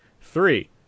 Three